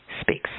speaks